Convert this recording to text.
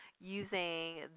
using